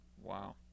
wow